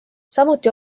samuti